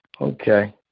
Okay